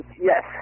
yes